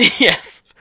Yes